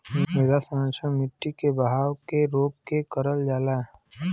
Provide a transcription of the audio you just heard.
मृदा संरक्षण मट्टी के बहाव के रोक के करल जाला